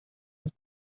have